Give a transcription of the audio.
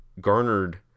garnered